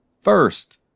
first